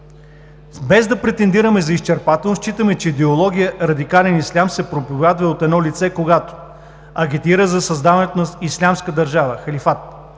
Без да претендираме за изчерпателност, считаме, че идеология „радикален ислям“ се проповядва от едно лице, когато: агитира за създаването на ислямска държава – халифат;